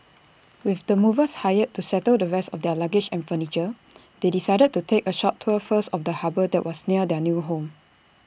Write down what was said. with the movers hired to settle the rest of their luggage and furniture they decided to take A short tour first of the harbour that was near their new home